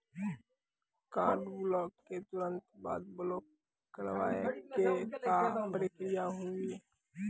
Card भुलाए के तुरंत बाद ब्लॉक करवाए के का प्रक्रिया हुई?